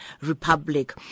Republic